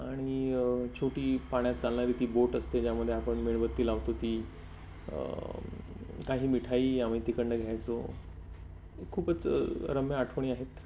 आणि छोटी पाण्यात चालणारी ती बोट असते ज्यामध्ये आपण मेणबत्ती लावतो ती काही मिठाई आम्ही तिकडून घ्यायचो खूपच रम्य आठवणी आहेत